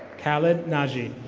kallid naji.